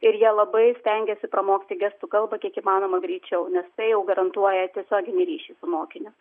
ir jie labai stengiasi pramokti gestų kalbą kiek įmanoma greičiau nes tai jau garantuoja tiesioginį ryšį su mokiniu